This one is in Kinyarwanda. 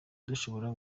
dushobora